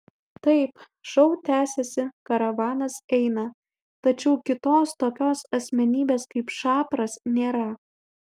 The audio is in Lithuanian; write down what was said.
taip šou tęsiasi karavanas eina tačiau kitos tokios asmenybės kaip šapras nėra